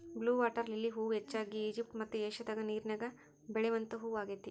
blue water lily ಹೂ ಹೆಚ್ಚಾಗಿ Egypt ಮತ್ತ ಏಷ್ಯಾದಾಗ ನೇರಿನ್ಯಾಗ ಬೆಳಿವಂತ ಹೂ ಆಗೇತಿ